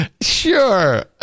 Sure